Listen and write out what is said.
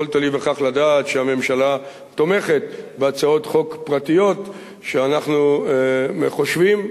יכולת להיווכח לדעת שהממשלה תומכת בהצעות חוק פרטיות שאנחנו חושבים,